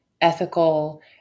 ethical